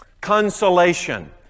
consolation